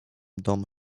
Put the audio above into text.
dom